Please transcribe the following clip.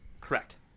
Correct